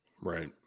right